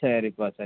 சரிப்பா சரிங்க